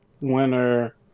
winner